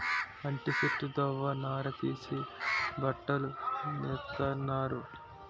అంటి సెట్టు దవ్వ నార తీసి బట్టలు నేత్తన్నారు